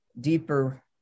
deeper